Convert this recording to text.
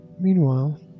Meanwhile